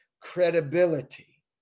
credibility